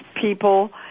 people